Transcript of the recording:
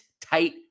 tight